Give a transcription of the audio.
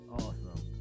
awesome